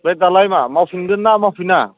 बे दालाय मा मावफिनगोनना मावफिना